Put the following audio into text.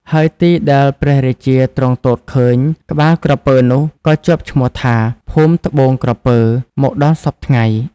ហើយទីដែលព្រះរាជាទ្រង់ទតឃើញក្បាលក្រពើនោះក៏ជាប់ឈ្មោះថា ភូមិត្បូងក្រពើ មកដល់សព្វថ្ងៃ ។